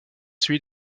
celui